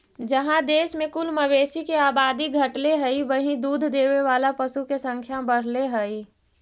जहाँ देश में कुल मवेशी के आबादी घटले हइ, वहीं दूध देवे वाला पशु के संख्या बढ़ले हइ